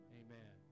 amen